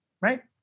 right